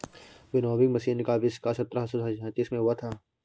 winnowing machine का आविष्कार सत्रह सौ सैंतीस में हुआ था